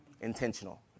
Intentional